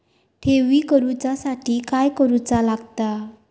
ठेवी करूच्या साठी काय करूचा लागता?